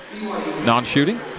Non-shooting